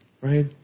Right